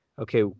okay